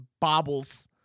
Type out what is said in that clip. bobbles